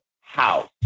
house